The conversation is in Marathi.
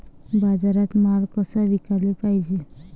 बाजारात माल कसा विकाले पायजे?